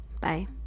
Bye